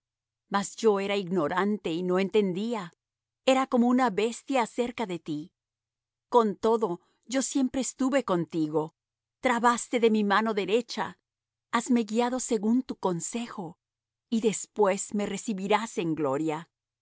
mas yo era ignorante y no entendía era como una bestia acerca de ti con todo yo siempre estuve contigo trabaste de mi mano derecha hasme guiado según tu consejo y después me recibirás en gloria